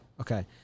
Okay